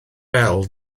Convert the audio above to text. fel